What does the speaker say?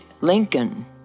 Lincoln